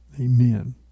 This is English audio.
Amen